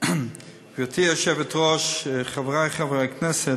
הזמן שלכם, חברי הכנסת,